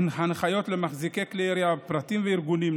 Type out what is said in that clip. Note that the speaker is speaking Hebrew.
הנחיות למחזיקי כלי ירייה פרטיים וארגוניים,